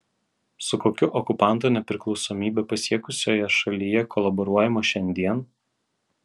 su kokiu okupantu nepriklausomybę pasiekusioje šalyje kolaboruojama šiandien